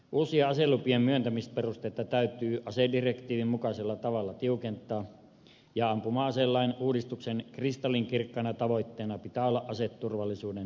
uusien aselupien myöntämisperusteita täytyy asedirektiivin mukaisella tavalla tiukentaa ja ampuma aselain uudistuksen kristallinkirkkaana tavoitteena pitää olla aseturvallisuuden lisääminen